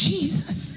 Jesus